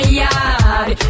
yard